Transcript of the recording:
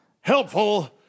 helpful